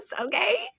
okay